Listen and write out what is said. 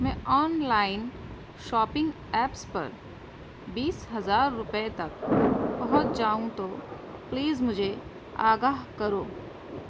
میں online shopping apps پر بیس ہزار روپے تک پہنچ جاؤں تو پلیز مجھے آگاہ کرو